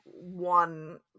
one